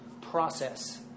process